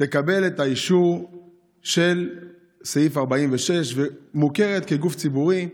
תקבל את האישור של סעיף 46 ומוכרת כגוף ציבורי.